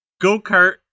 go-kart